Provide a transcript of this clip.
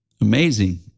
Amazing